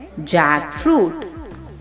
jackfruit